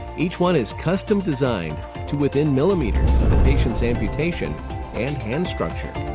each one is custom-designed to within millimeters of a patient's amputation and hand structure.